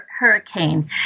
hurricane